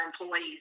employees